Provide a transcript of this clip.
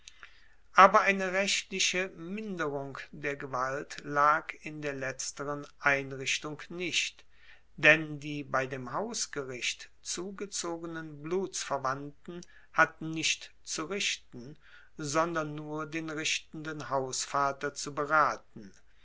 aber eine rechtliche minderung der gewalt lag in der letzteren einrichtung nicht denn die bei dem hausgericht zugezogenen blutsverwandten hatten nicht zu richten sondern nur den richtenden hausvater zu beraten